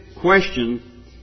question